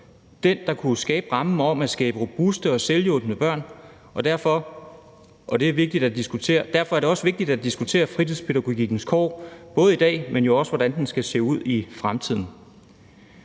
det, der kunne skabe rammen om at skabe robuste og selvhjulpne børn, og derfor er det også vigtigt at diskutere fritidspædagogikkens kår, både i dag, men jo også hvordan den skal se ud i fremtiden.